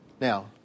Now